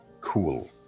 Cool